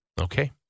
Okay